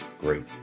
Great